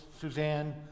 Suzanne